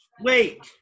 Wait